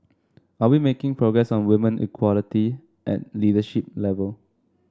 are we making progress on woman equality at leadership level